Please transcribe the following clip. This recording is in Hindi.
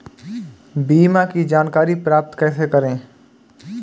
बीमा की जानकारी प्राप्त कैसे करें?